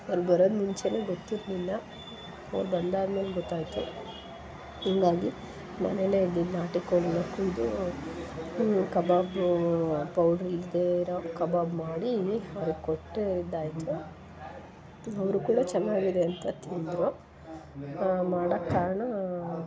ಅವ್ರು ಬರೋದು ಮುಂಚೆಯೇ ಗೊತ್ತಿರಲಿಲ್ಲ ಅವ್ರು ಬಂದಾದ ಮೇಲೆ ಗೊತ್ತಾಯಿತು ಹೀಗಾಗಿ ಮನೆಲ್ಲೇ ಇದ್ದಿದ್ದ ನಾಟಿ ಕೋಳಿನ ಕೊಯ್ದು ಕಬಾಬ್ ಪೌಡ್ರು ಇಲ್ಲದೇ ಇರೋ ಕಬಾಬ್ ಮಾಡಿ ಅವ್ರ್ಗೆ ಕೊಟ್ಟಿದ್ದಾಯ್ತು ಅವ್ರೂ ಕೂಡ ಚೆನ್ನಾಗಿದೆ ಅಂತ ತಿಂದರು ಮಾಡಕ್ಕೆ ಕಾರ್ಣ